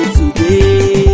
today